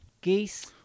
geese